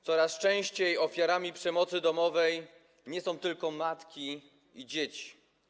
Coraz częściej ofiarami przemocy domowej są nie tylko matki i dzieci.